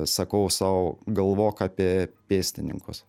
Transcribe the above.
sakau sau galvok apie pėstininkus